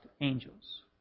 angels